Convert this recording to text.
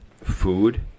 food